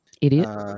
idiot